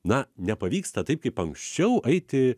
na nepavyksta taip kaip anksčiau eiti